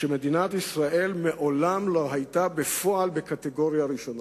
שבפועל מדינת ישראל מעולם לא היתה בקטגוריה הראשונה.